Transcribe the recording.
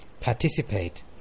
Participate